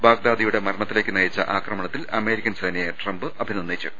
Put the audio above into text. ബാഗ്ദാദിയുടെ മരണത്തിലേക്ക് നയിച്ച ആക്രമണ ത്തിൽ അമേരിക്കൻ സേനയെ ട്രംപ് അഭിനന്ദിച്ചു